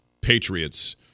Patriots